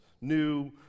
new